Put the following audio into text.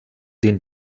den